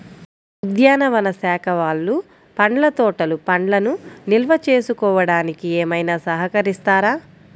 ఉద్యానవన శాఖ వాళ్ళు పండ్ల తోటలు పండ్లను నిల్వ చేసుకోవడానికి ఏమైనా సహకరిస్తారా?